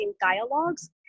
dialogues